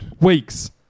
weeks